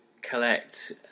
collect